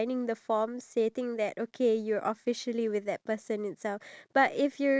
ya I feel that the reason because of that is you get so much responsibilities